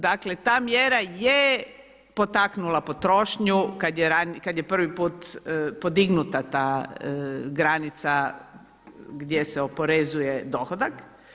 Dakle ta mjera je potaknula potrošnju kad je prvi put podignuta ta granica gdje se oporezuje dohodak.